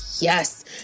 yes